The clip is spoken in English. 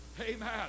amen